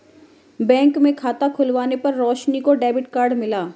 bank में खाता खुलवाने पर रोशनी को डेबिट कार्ड मिला